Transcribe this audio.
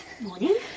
Morning